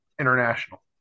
international